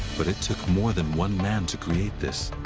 but it took more than one man to create this.